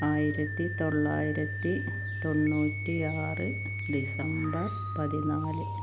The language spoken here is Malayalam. ആയിരത്തി തൊള്ളായിരത്തി തൊണ്ണൂറ്റി ആറ് ഡിസംബർ പതിനാല്